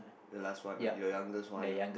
the last one ah your youngest one ah